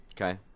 Okay